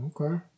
okay